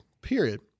period